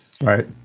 Right